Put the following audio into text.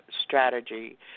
strategy